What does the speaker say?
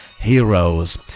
heroes